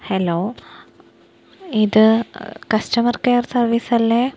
hello ഇത് customer care സർവീസല്ലേ